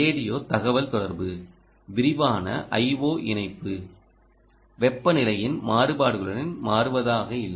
radio தகவல்தொடர்பு விரிவான IO இணைப்பு வெப்பநிலையின் மாறுபாடுகளுடன் வலுவானதாக இல்லை